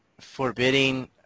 forbidding